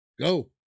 go